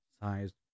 sized